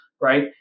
right